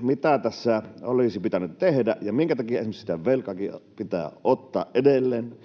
mitä tässä olisi pitänyt tehdä ja minkä takia esimerkiksi sitä velkaakin pitää ottaa edelleen,